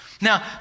Now